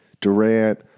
Durant